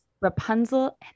Rapunzel